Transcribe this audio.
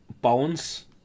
Bones